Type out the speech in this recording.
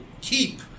keep